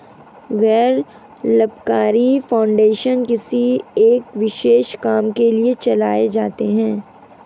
गैर लाभकारी फाउंडेशन किसी एक विशेष काम के लिए चलाए जाते हैं